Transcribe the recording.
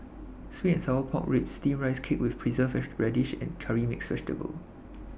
Sweet and Sour Pork Ribs Steamed Rice Cake with Preserved Radish and Curry Mixed Vegetable